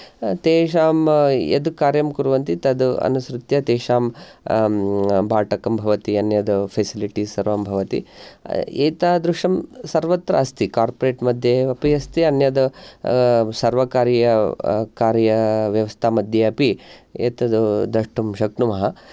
तेषां यद् कार्यं कुर्वन्ति तद् अनुसृत्य तेषां भाटकं भवति अन्यत् फेसिलिटिज् सर्वं भवति एतादृशं सर्वत्र अस्ति कोर्परेट् मध्ये अपि अस्ति अन्यत् सर्वकारीय कार्यव्यवस्थामध्ये अपि एतद् दृष्टुं शक्नुमः